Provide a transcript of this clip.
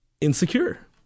insecure